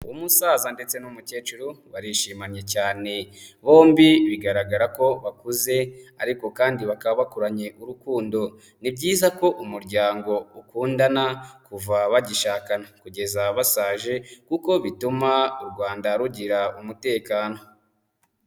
Umusaza ndetse n'umukecuru barishimanye cyane, bombi bigaragara ko bakuze ariko kandi bakaba bakuranye urukundo, ni byiza ko umuryango ukundana, kuva bagishakana kugeza basaje, kuko bituma u Rwanda rugira umutekano.